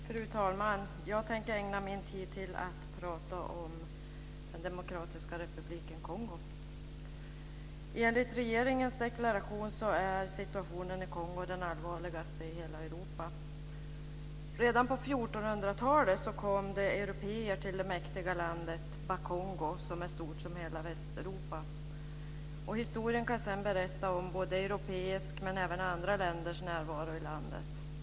Fru talman! Jag tänker ägna min talartid till att prata om den demokratiska republiken Kongo. Enligt regeringens deklaration är situationen i Kongo den allvarligaste i hela Afrika. Redan på 1400-talet kom européer till det mäktiga landet Bakongo, som är stort som hela Västeuropa. Historien kan sedan berätta om europeisk närvaro i landet men även närvaro från andra länder.